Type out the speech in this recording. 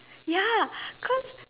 ya cause